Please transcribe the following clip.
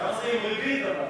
כבר זה עם ריבית אבל.